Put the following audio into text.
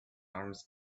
arms